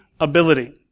ability